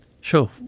sure